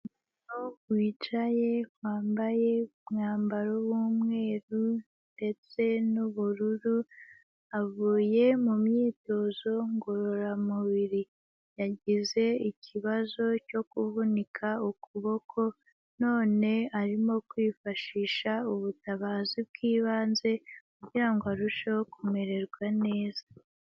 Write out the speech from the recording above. Umuntu wicaye wambaye umwambaro w'umweru ndetse n'ubururu avuye mu myitozo ngororamubiri, yagize ikibazo cyo kuvunika ukuboko, none arimo kwifashisha ubutabazi bw'ibanze kugira ngo arusheho kumererwa neza.